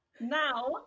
Now